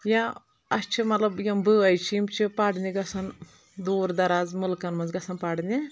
یا اَسہِ چھِ مطلب یم بٲے چھِ یم چھ پرنہِ گژھان دوٗر دراز مُلکن منٛز گَژھان پرنہِ